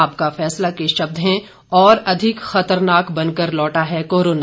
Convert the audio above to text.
आपका फैसला के शब्द हैं और अधिक खतरनाक बनकर लौटा है कोरोना